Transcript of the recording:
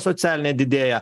socialinė didėja